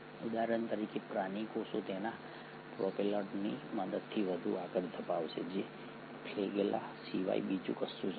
ઉદાહરણ તરીકે પ્રાણી કોષો તેના પ્રોપેલરની મદદથી વધુ આગળ ધપાવશે જે ફ્લેગેલા સિવાય બીજું કશું જ નથી